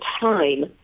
time